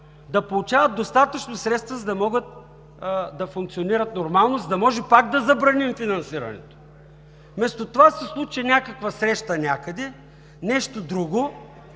да получават достатъчно средства, за да могат да функционират нормално, за да можем пак да забраним финансирането. Вместо това се случи някаква среща някъде, нещо друго